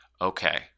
Okay